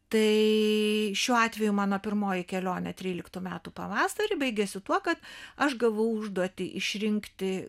tai šiuo atveju mano pirmoji kelionė tryliktųjų metų pavasarį baigėsi tuo kad aš gavau užduotį išrinkti